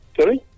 Sorry